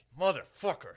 Motherfucker